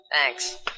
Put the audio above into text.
Thanks